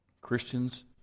Christians